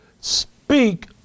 speak